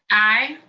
aye.